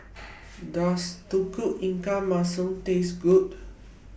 Does Tauge Ikan Masin Taste Good